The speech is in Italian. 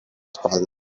spalla